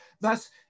Thus